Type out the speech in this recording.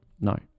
No